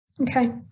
okay